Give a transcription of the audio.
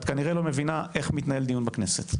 את כנראה לא מבינה איך מתנהל דיון הכנסת.